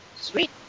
Sweet